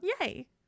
yay